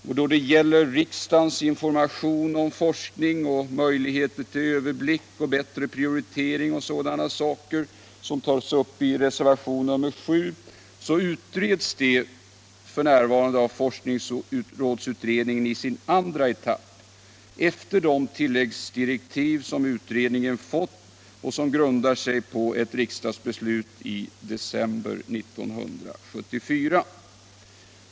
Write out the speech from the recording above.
Vad beträffar riksdagens information om forskning och möjligheterna till överblick, bättre prioritering och sådana saker, som tas upp i reservationen 7, så utreds de frågorna f.n. av forskningsrådsutredningen i utredningens andra etapp, efter de tilläggsdirektiv som utredningen fått och som grundar sig på ett riksdagsbeslut i december 1974.